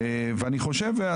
ואני עדיין חושב כך.